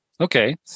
Okay